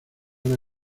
una